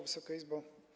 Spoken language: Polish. Wysoka Izbo!